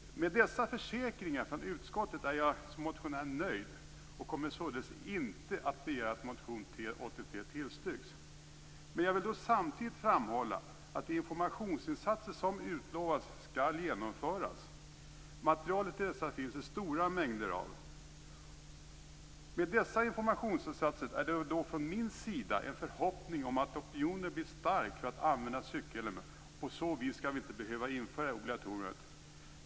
Med dessa försäkringar från utskottet är jag som motionär nöjd och kommer således inte att begära att motion T83 tillstyrks. Men jag vill samtidigt framhålla, att de informationsinsatser som utlovas skall genomföras. Material till dessa finns det stora mängder av. Med dessa informationsinsatser är det min förhoppning att opinionen blir stark för att använda cykelhjälm. På så vis behöver vi inte införa obligatoriet.